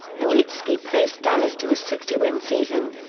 nowitzki paced dallas to a sixty win season.